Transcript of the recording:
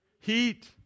Heat